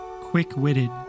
Quick-witted